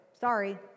Sorry